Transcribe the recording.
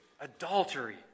adultery